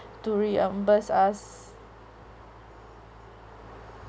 to reimburse us